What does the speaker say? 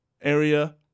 area